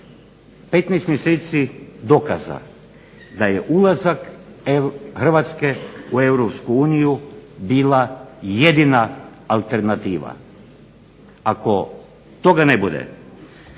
15 mjeseci dokaza da je ulazak Hrvatske u EU bila jedina alternativa. Ako toga ne bude 1.